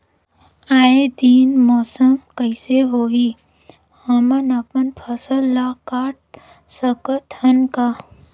आय दिन मौसम कइसे होही, हमन अपन फसल ल काट सकत हन का?